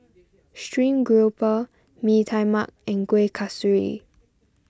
Stream Grouper Mee Tai Mak and Kuih Kasturi